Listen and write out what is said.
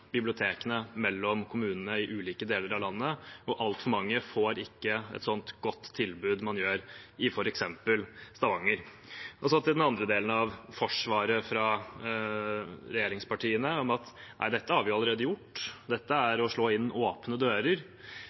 bibliotekene – mellom kommuner i ulike deler av landet – og altfor mange får ikke et så godt tilbud som man får f.eks. i Stavanger. Så til den andre delen av forsvaret fra regjeringspartiene, at dette har man allerede gjort, at det er å slå inn åpne dører: